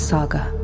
Saga